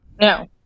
No